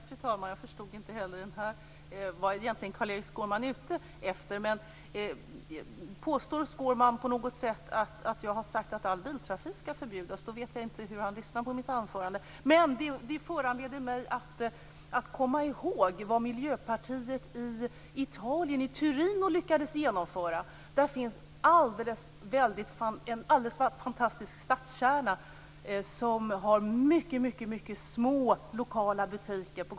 Fru talman! Jag förstod inte heller nu vad Carl Erik Skårman egentligen är ute efter. Påstår Skårman på något sätt att jag har sagt att all biltrafik skall förbjudas då vet jag inte hur han lyssnat på mitt anförande. Men det föranleder mig att komma ihåg vad miljöpartiet i Turin i Italien lyckades genomföra. Där finns en fantastisk stadskärna som har mycket små lokala butiker.